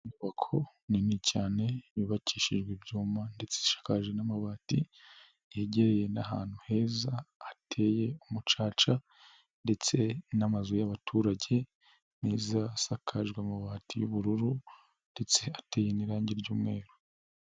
Inyubako nini cyane yubakishijwe ibyuma ndetse ishakaje n'amabati, yegereye n'ahantu heza hateye umucaca, ndetse n'amazu y'abaturage azasakajwe ama mabati y'ubururu, ndetse ateye n'irangi ry'umweru.